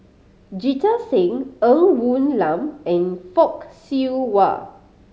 Jita Singh Ng Woon Lam and Fock Siew Wah